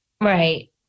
right